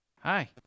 Hi